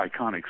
iconic